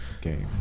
game